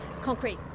concrete